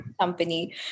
company